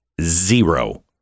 Zero